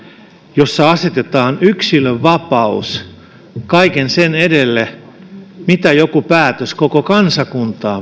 jossa asetetaan yksilönvapaus kaiken sen edelle mitä joku päätös koko kansakuntaan